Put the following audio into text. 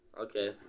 Okay